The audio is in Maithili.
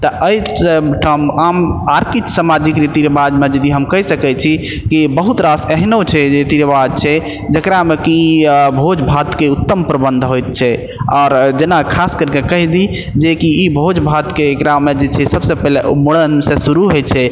तऽ एहि ठाम हम आर्थिक सामाजिक रीति रिवाजमे जदि हम कहि सकैत छी कि बहुत रास एहनो छै रीति रिवाज छै जेकरामे कि भोजभातके उत्तम प्रबन्ध होइत छै आओर जेना खास कैरके कहि दी जे कि ई भोजभातके एकरामे जे छै कि सब से पहले मूरन से शुरू होइ छै